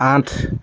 আঠ